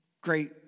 great